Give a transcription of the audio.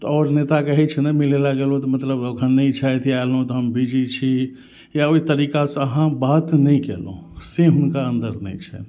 तऽ और नेता कहै छै नै मिलै लऽ गेलौ तऽ मतलब अखन नै छैथ या एलौ तऽ हम बीजी छी या ओइ तरीकासँ अहाँ बात नै केलौ से हुनका अन्दर नै छैथ